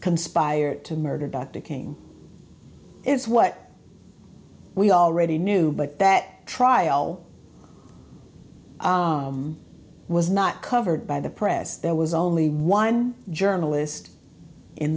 conspired to murder dr king is what we already knew but that trial was not covered by the press there was only one journalist in